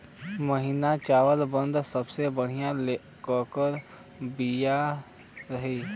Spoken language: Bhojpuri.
महीन चावल बदे सबसे बढ़िया केकर बिया रही?